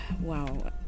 Wow